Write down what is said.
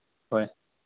ꯍꯣꯏ